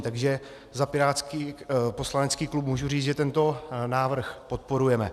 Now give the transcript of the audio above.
Takže za pirátský poslanecký klub můžu říct, že tento návrh podporujeme.